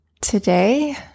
today